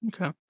Okay